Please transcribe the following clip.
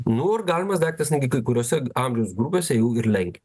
nu ir galimas daiktas netgi kai kuriose amžiaus grupėse jau ir lenkia